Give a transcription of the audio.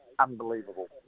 unbelievable